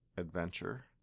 Adventure